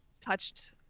touched